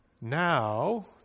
Now